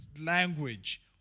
language